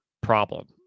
problem